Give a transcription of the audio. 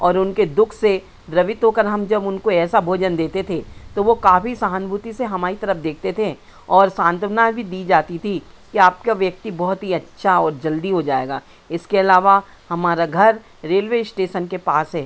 और उनके दुख से द्रवित होकर हम जब उनको ऐसा भोजन देते थे तो वो काफ़ी सहानुभूति से हमारी तरफ देखते थे और सांत्वना भी दी जाती थी कि आपका व्यक्ति बहुत ही अच्छा और जल्दी हो जाएगा इसके अलावा हमारा घर रेलवे इश्टेसन के पास है